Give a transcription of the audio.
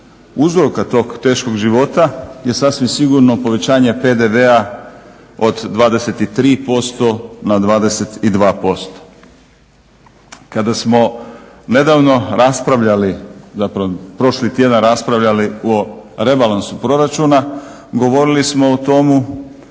uzroka tog teškog života je sasvim sigurno povećanje PDV-a od 23% na 25%. Kada smo nedavno raspravljali zapravo prošli tjedan raspravljali o rebalansu proračuna, govorili smo o tomu